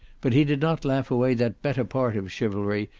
but he did not laugh away that better part of chivalry,